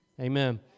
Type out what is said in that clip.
Amen